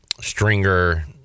Stringer